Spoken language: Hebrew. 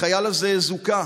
החייל הזה זוכה